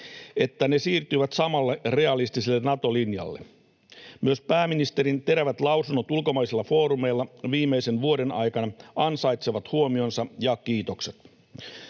että ne siirtyivät samalle realistiselle Nato-linjalle. Myös pääministerin terävät lausunnot ulkomaisilla foorumeilla viimeisen vuoden aikana ansaitsevat huomionsa ja kiitokset.